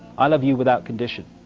i love you without condition.